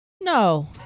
No